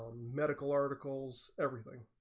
medical articles everything